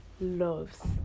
loves